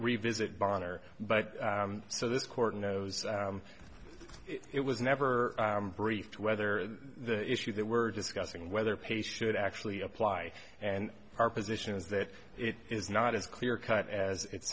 revisit boehner but so this court knows it was never briefed whether the issue that we're discussing whether pay should actually apply and our position is that it is not as clear cut as it